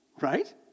Right